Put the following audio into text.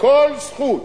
כל זכות